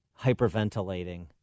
Hyperventilating